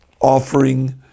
offering